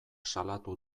salatu